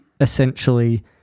essentially